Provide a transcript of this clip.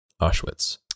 Auschwitz